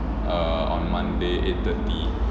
err on monday eight thirty